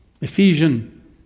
Ephesians